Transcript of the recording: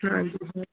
ਹਾਂਜੀ ਹਾਂ